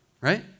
right